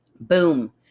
Boom